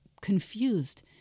confused